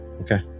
Okay